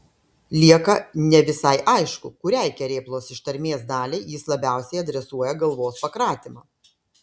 lieka ne visai aišku kuriai kerėplos ištarmės daliai jis labiausiai adresuoja galvos pakratymą